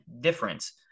difference